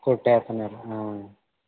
కొట్టేస్తున్నారు